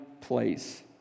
place